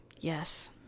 yes